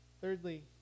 Thirdly